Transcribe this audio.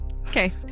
Okay